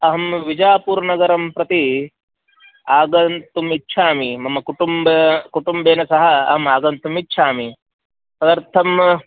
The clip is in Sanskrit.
अहं बिजापुर्नगरं प्रति आगन्तुम् इच्छामि मम कुटुम्बेन कुटुम्बेन सह अहम् आगन्तुमि इच्छामि तदर्थं